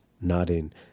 nodding